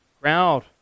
Crowd